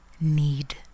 need